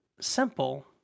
simple